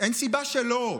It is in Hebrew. סיבה שלא.